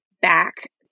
back